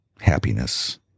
happiness